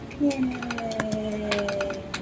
Yay